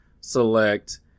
select